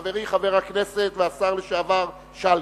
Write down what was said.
חברי חבר הכנסת והשר לשעבר שלגי.